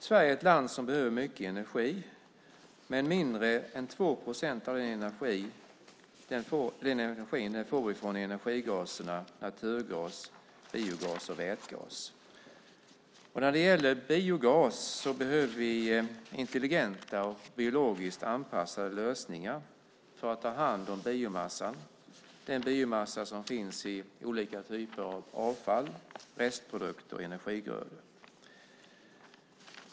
Sverige är ett land som behöver mycket energi, men mindre än 2 procent av den energin får vi från energigaserna naturgas, biogas och vätgas. När det gäller biogas behöver vi intelligenta och biologiskt anpassade lösningar för att ta hand om den biomassa som finns i olika typer av avfall, restprodukter och energigrödor.